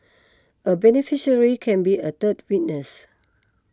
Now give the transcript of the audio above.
a beneficiary can be a third witness